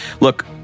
Look